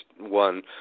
one